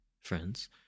friends